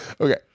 Okay